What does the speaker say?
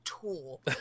tool